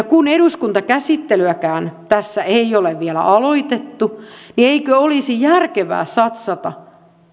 kun eduskuntakäsittelyäkään tässä ei ole vielä aloitettu eikö olisi järkevää satsata